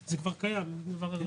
פתיחה.